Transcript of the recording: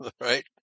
right